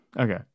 Okay